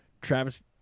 Travis